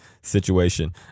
situation